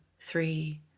three